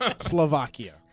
Slovakia